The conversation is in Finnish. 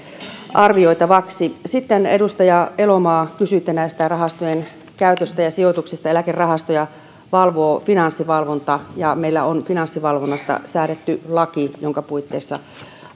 arvioitavaksi sitten edustaja elomaa kysyitte rahastojen käytöstä ja sijoituksista eläkerahastoja valvoo finanssivalvonta ja meillä on finanssivalvonnasta säädetty laki jonka puitteissa